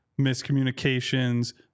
miscommunications